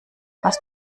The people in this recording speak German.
hast